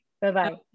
bye-bye